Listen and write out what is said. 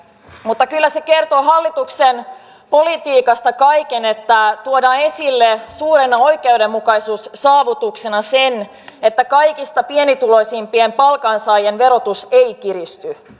mutta kyllä se kertoo hallituksen politiikasta kaiken että tuodaan esille suurena oikeudenmukaisuussaavutuksena se että kaikista pienituloisimpien palkansaajien verotus ei kiristy